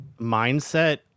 mindset